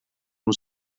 was